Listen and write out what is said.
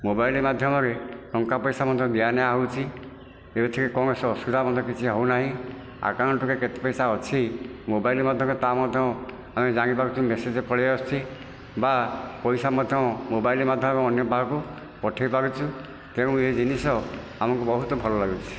mobile ମଧ୍ୟମରେ ଟଙ୍କା ପଇସା ମଧ୍ୟ ଦିଆନିଆ ହେଉଛି ଏଥିରେ କୌଣସି ଅସୁବିଧା ମଧ୍ୟ କିଛି ହେଉନାହିଁ ଆକାଉଣ୍ଟରେ କେତେ ପଇସା ଅଛି ମୋବାଇଲ୍ ମାଧ୍ୟମରେ ତାହା ମଧ୍ୟ ଆମେ ଜାଣିପାରୁଛୁ ମେସେଜ ପଳେଇଆସୁଛି ବା ପଇସା ମଧ୍ୟ ମୋବାଇଲ୍ ମାଧ୍ୟମରେ ଅନ୍ୟ ପାଖକୁ ପଠେଇ ପାରୁଛୁ ତେଣୁ ଏହି ଜିନିଷ ଆମକୁ ବହୁତ ଭଲ ଲାଗୁଛି